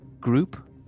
group